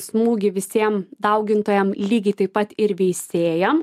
smūgį visiem daugintojams lygiai taip pat ir veisėjam